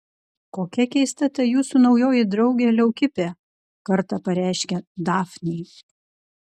kokia keista ta jūsų naujoji draugė leukipė kartą pareiškė dafnei